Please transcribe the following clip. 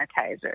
sanitizer